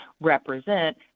represent